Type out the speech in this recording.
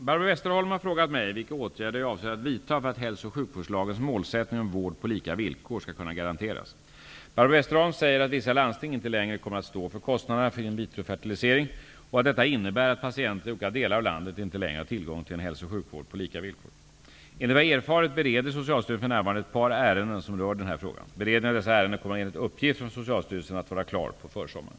Barbro Westerholm har frågat mig vilka åtgärder jag avser att vidta för att hälsooch sjukvårdslagens målsättning om vård på lika villkor skall kunna garanteras. Beredningen av dessa ärenden kommer enligt uppgift från Socialstyrelsen att vara klar på försommaren.